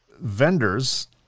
vendors